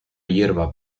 hierba